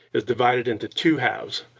is divided into two halves,